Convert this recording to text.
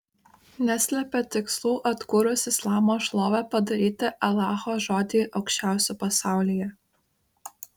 neslepia tikslų atkūrus islamo šlovę padaryti alacho žodį aukščiausiu pasaulyje